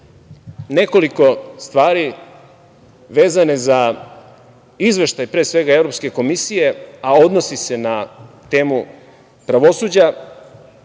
nekoliko stvari vezane za izveštaj, pre svega, Evropske komisije, a odnosi se na temu pravosuđa.